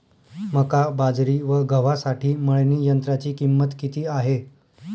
मका, बाजरी व गव्हासाठी मळणी यंत्राची किंमत किती आहे?